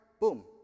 boom